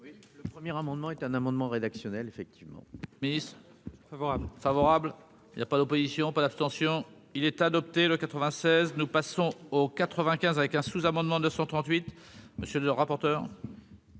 le premier amendement est un amendement rédactionnel effectivement. Miss favorable, favorable, il y a pas d'opposition, l'abstention, il est adopté le 96 nous passons au 95 avec un sous-amendement de 138, monsieur le rapporteur.